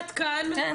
קרן,